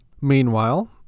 Meanwhile